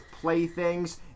playthings